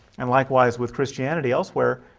and likewise with christianity elsewhere